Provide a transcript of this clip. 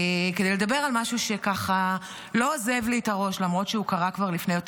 כדי לדבר על משהו שלא עוזב לי את הראש למרות שהוא קרה כבר לפני יותר